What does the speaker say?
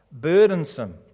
burdensome